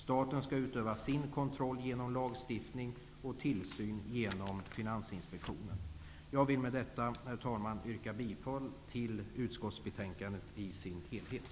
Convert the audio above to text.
Staten skall utöva sin kontroll genom lagstiftning och tillsyn genom Jag vill med detta yrka bifall till utskottets hemställan i dess helhet.